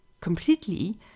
completely